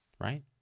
right